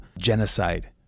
genocide